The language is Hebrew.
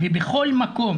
ובכל מקום